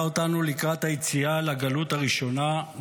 אותנו לקראת היציאה לגלות הראשונה,